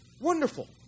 Wonderful